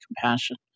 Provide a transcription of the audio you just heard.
compassion